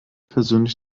persönlich